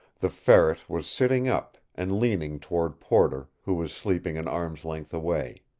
the ferret was sitting up, and leaning toward porter, who was sleeping an arm's length away.